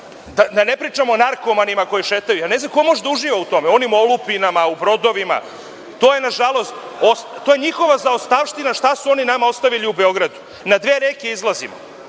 Da ne pričam o narkomanima koji šetaju. Ne znam ko može da uživa u tome, u olupinama, u brodovima. To je njihova zaostavština šta su oni nama ostavili u Beogradu. Na dve reke izlazimo,